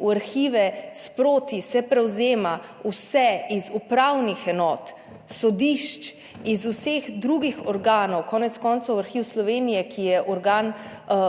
V arhive se sproti prevzema vse iz upravnih enot, sodišč, iz vseh drugih organov, konec koncev ima Arhiv Republike Slovenije, ki je organ